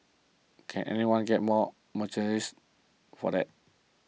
can anyone get more mercenary for that